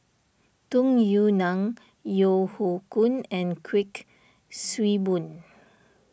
Tung Yue Nang Yeo Hoe Koon and Kuik Swee Boon